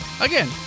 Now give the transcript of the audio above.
Again